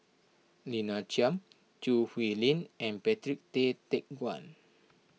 Lina Chiam Choo Hwee Lim and Patrick Tay Teck Guan